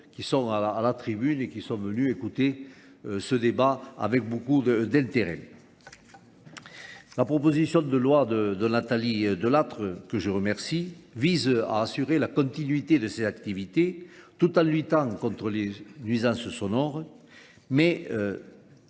qui sont à la tribune et qui sont venus écouter ce débat avec beaucoup d'intérêt. La proposition de loi de Nathalie Delattre, que je remercie, vise à assurer la continuité de ses activités tout en luttant contre les nuisances sonores, mais